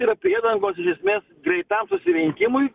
yra priedangos iš esmės greitam susirinkimui